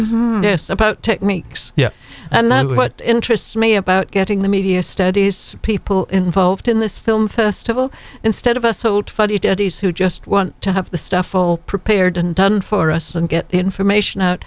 questions about techniques yeah and then what interests me about getting the media studies people involved in this film festival instead of us old fuddy duddies who just want to have the stuff will prepare done for us and get the information out